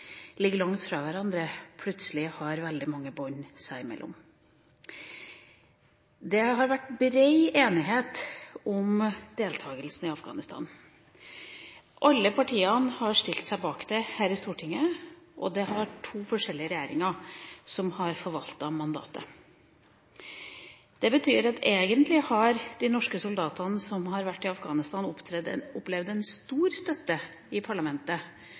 ligger langt fra hverandre, plutselig har veldig mange bånd seg imellom. Det har vært bred enighet om deltakelsen i Afghanistan. Alle partiene har stilt seg bak det her i Stortinget, og det har vært to forskjellige regjeringer som har forvaltet mandatet. Det betyr at egentlig har de norske soldatene som har vært i Afghanistan, opplevd en stor støtte i parlamentet